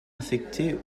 affectées